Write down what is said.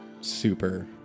super